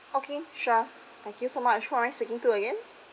okay sure thank you so much who am I speaking to again